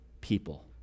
people